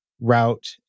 route